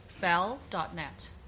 bell.net